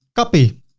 copy.